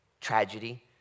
tragedy